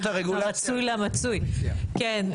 כן,